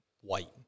white